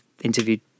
interviewed